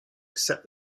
accept